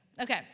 Okay